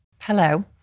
Hello